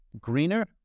greener